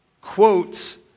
quotes